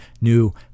new